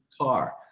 car